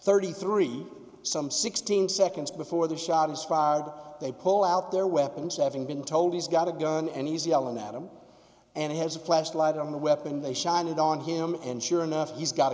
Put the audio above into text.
thirty three some sixteen seconds before the shot is fired they pull out their weapons having been told he's got a gun and he's yelling at them and he has a flashlight on the weapon they shine it on him and sure enough he's got a